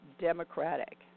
Democratic